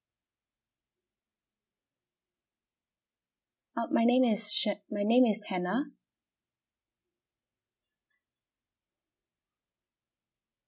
uh my name is sh~ my name is hannah